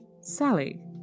Sally